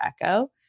echo